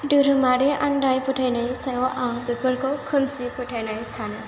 धोरोमारि आन्दाय फोथायनायनि सायाव आं बेफोरखौ खोमसि फोथायनाय सानो